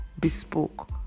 bespoke